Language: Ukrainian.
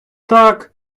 так